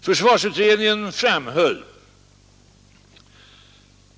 Försvarsutredningen framhöll